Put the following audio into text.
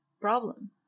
problem